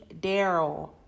Daryl